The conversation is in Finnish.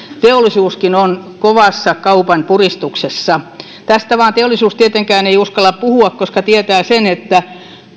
teollisuuskin on kovassa kaupan puristuksessa tästä teollisuus vain tietenkään ei uskalla puhua koska tietää sen että